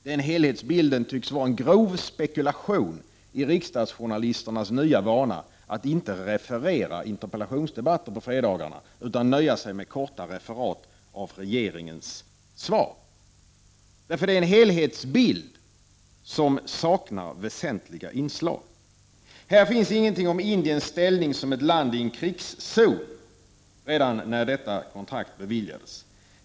Den helhetsbilden tycks vara en grov spekulation i riksdagsjournalisternas nya vana att inte referera interpellationsdebatter på fredagarna utan nöja sig med korta referat av regeringens svar. Det är nämligen en helhetsbild som saknar väsentliga inslag. Här finns ingenting om Indiens ställning som ett land i en krigszon redan när detta kontrakt beviljades.